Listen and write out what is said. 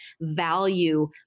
value